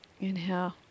Inhale